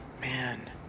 Man